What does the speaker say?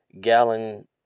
gallon